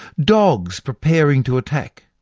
dogs preparing to attack,